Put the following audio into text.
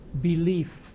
belief